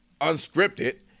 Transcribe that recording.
unscripted